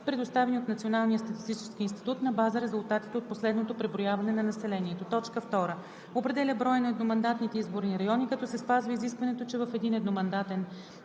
предоставени от Националния статистически институт на база резултатите от последното преброяване на населението; 2. определя броя на едномандатните изборни райони, като се спазва изискването, че в един едномандатен